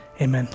amen